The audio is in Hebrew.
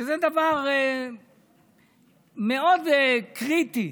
זה דבר מאוד קריטי,